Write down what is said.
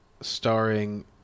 Starring